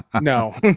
No